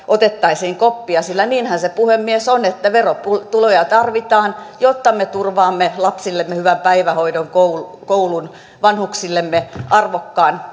otettaisiin koppia sillä niinhän se puhemies on että verotuloja tarvitaan jotta me turvaamme lapsillemme hyvän päivähoidon koulun koulun vanhuksillemme arvokkaan